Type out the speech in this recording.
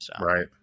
Right